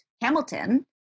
Hamilton